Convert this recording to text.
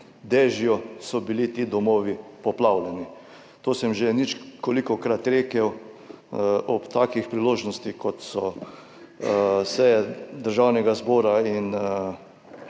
dežju so bili ti domovi poplavljeni. To sem že ničkolikokrat rekel, ob takih priložnostih kot so seje Državnega zbora in